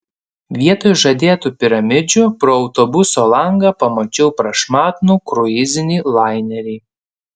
vietoj žadėtų piramidžių pro autobuso langą pamačiau prašmatnų kruizinį lainerį